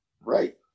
Right